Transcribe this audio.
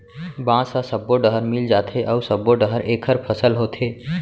बांस ह सब्बो डहर मिल जाथे अउ सब्बो डहर एखर फसल होथे